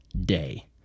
day